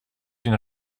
une